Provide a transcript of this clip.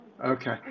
Okay